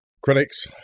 Critics